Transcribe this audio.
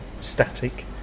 static